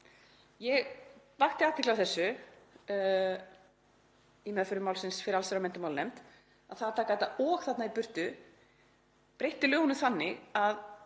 Ég vakti athygli á því í meðförum málsins fyrir allsherjar- og menntamálanefnd að það að taka þetta „og“ þarna í burtu breytti lögunum þannig að